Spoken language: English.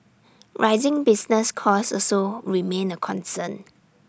rising business costs also remain A concern